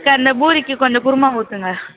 அக்கா இந்த பூரிக்கு கொஞ்சம் குருமா ஊற்றுங்க